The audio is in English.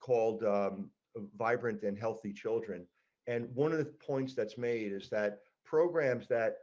called vibrant and healthy children and one of the points that's made is that programs that